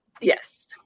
Yes